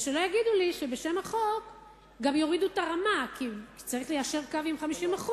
שלא יגידו לי שבשם החוק גם יורידו את הרמה כי צריך ליישר קו עם 50%,